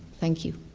thank you.